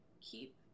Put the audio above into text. Keep